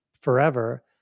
forever